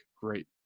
great